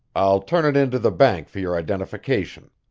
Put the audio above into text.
i'll turn it into the bank for your identification.